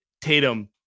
tatum